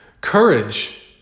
Courage